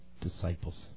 disciples